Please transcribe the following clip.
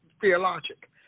theologic